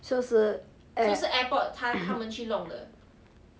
so 是